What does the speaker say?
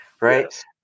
right